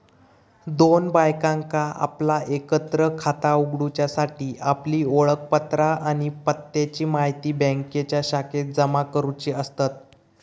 दोन बायकांका आपला एकत्र खाता उघडूच्यासाठी आपली ओळखपत्रा आणि पत्त्याची म्हायती बँकेच्या शाखेत जमा करुची असतत